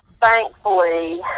thankfully